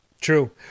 True